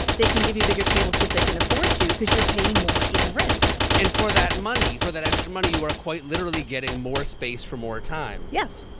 they can give you a bigger table because they can afford to because you're paying more in rent and for that money for that extra money, you are quite literally getting more space for more time yes.